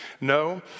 No